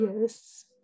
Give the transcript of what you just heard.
Yes